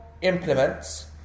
implements